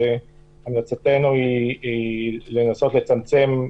והמלצתנו היא לנסות לצמצם את זה,